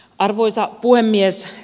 arvoisa puhemies